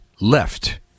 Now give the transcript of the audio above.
left